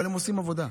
אבל הם עושים עבודה,